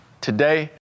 Today